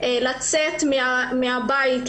לצאת מן הבית,